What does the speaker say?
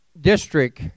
District